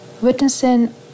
Witnessing